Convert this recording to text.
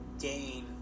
gain